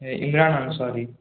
হ্যাঁ ইমরান আনশারী